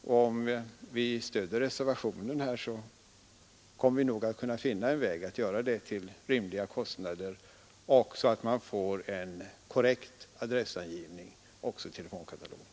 Om kammaren stöder reservationen kommer vi nog att kunna finna en väg att till rimliga kostnader få en korrekt adressangivning också i telefonkatalogen.